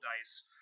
dice